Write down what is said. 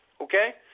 okay